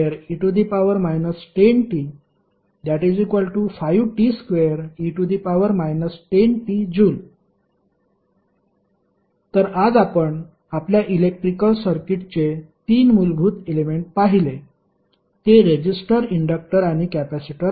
1100t2e 10t5t2e 10tJ तर आज आपण आपल्या इलेक्ट्रिकल सर्किटचे 3 मूलभूत एलेमेंट पाहिले ते रेजिस्टर इंडक्टर आणि कॅपेसिटर आहेत